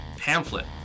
pamphlet